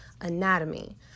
anatomy